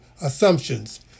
assumptions